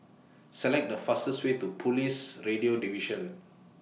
Select The fastest Way to Police Radio Division